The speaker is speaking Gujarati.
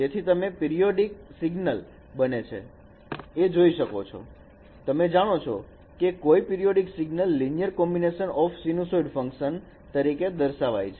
તેથી એક પિરીયોડીક બને છે અને તમે જાણો છો કે કોઈ periodic signal linear combination of sinusoid function તરીકે દર્શાવાય છે